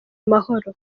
amahoro